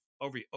over